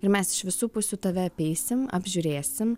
ir mes iš visų pusių tave apeisim apžiūrėsim